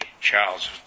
Charles